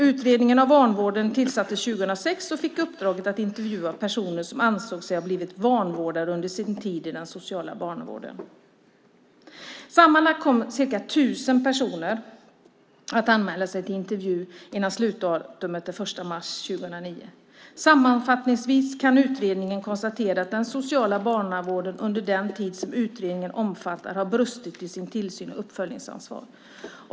Utredningen av vanvården tillsattes 2006 och fick i uppdrag att intervjua personer som ansåg sig ha blivit vanvårdade under sin tid i den sociala barnavården. Sammanlagt anmälde sig cirka tusen personer till intervju före slutdatumet den 21 mars 2009. Sammanfattningsvis kan utredningen konstatera att den sociala barnavården under den tid som utredningen omfattar har brustit i tillsyn och uppföljningsansvar.